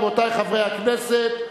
רבותי חברי הכנסת.